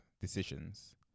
decisions